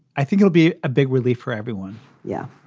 i think it'll be a big relief for everyone yeah,